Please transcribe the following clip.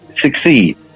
succeed